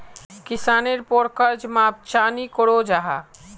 किसानेर पोर कर्ज माप चाँ नी करो जाहा?